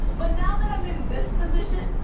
but now that i'm in this position,